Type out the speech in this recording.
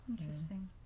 Interesting